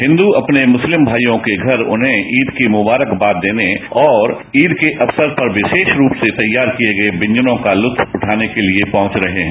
हिंदू अपने मुस्लिम भाइयों के घर उन्हें ईद की मुबारकबाद देने और ईद के अवसर पर विशेष रूप से तैयार कियें गए व्यंजनों का लृत्फ उठाने के लिए पहंच रहे हैं